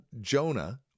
Jonah